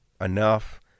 enough